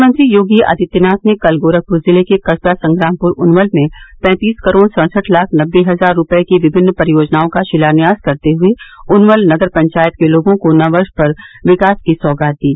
मुख्यमंत्री योगी आदित्यनाथ ने कल गोरखप्र जिले के कस्बा संग्रामप्र उनवल में पैंतीस करोड़ सड़सठ लाख नबे हजार रूपये की विभिन्न परियोजनाओं का शिलान्यास करते हुए उनवल नगर पंचायत के लोगों को नव वर्ष पर विकास की सौगात दी